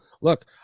look